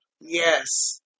Yes